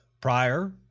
Prior